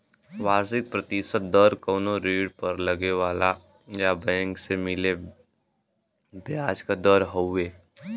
वार्षिक प्रतिशत दर कउनो ऋण पर लगे वाला या बैंक से मिले ब्याज क दर हउवे